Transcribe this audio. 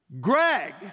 Greg